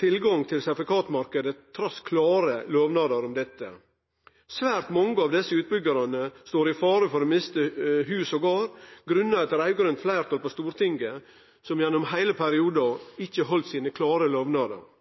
tilgang til sertifikatmarknaden trass i klare lovnader om dette. Svært mange av desse utbyggjarane står i fare for å miste hus og gard på grunn av at eit raud-grønt fleirtal på Stortinget gjennom heile perioden ikkje heldt dei klare lovnadene sine.